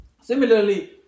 Similarly